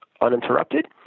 uninterrupted